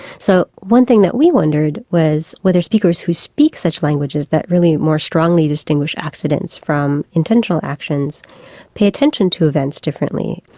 so one thing that we wondered was whether speakers who speak such languages that really more strongly distinguish accidents from intentional actions pay attention to events differently.